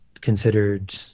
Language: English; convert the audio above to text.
considered